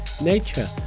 Nature